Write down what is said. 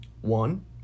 One